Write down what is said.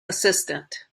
assistant